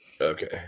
Okay